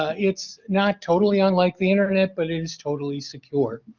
it's not totally, unlike the internet but it is totally secure.